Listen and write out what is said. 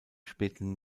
späten